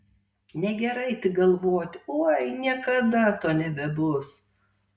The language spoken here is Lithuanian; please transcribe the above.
negerai tik galvoti oi niekada to nebebus